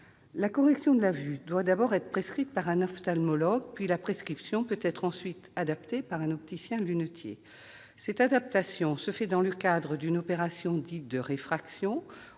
La correction de la vue doit d'abord être prescrite par un ophtalmologue, la prescription peut ensuite être adaptée par un opticien-lunetier. Cette adaptation est effectuée dans le cadre d'une opération dite « de réfraction